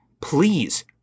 please